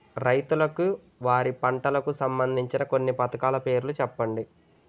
రైతులకు వారి పంటలకు సంబందించిన కొన్ని పథకాల పేర్లు చెప్పండి?